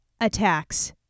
attacks